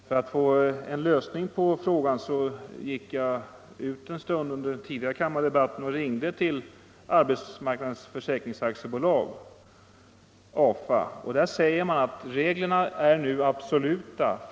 För att få en lösning på detta gick jag ut en stund under den tidigare kammardebatten och ringde till Arbetsmarknadens Försäkrings AB ”. Där säger man att reglerna fortfarande är absoluta.